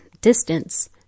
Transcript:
distance